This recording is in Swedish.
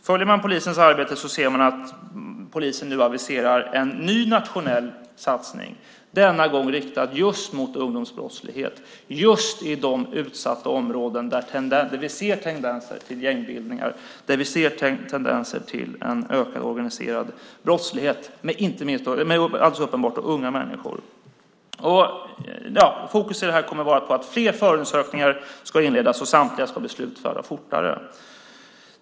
Följer man polisens arbete ser man att polisen nu aviserar en ny nationell satsning, denna gång riktad mot just ungdomsbrottslighet och då just i de utsatta områden där vi ser tendenser till gängbildningar och till en ökad organiserad brottslighet - alldeles uppenbart bland unga människor. Fokus här kommer att vara på att fler förundersökningar ska inledas, och samtliga ska bli slutförda fortare.